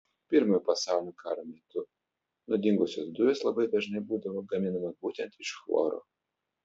pirmojo pasaulinio karo metu nuodingosios dujos labai dažnai būdavo gaminamos būtent iš chloro